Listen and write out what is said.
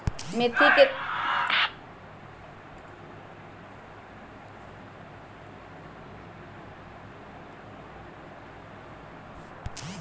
मेथी के दानवन के इश्तेमाल मसाला के रूप में होबा हई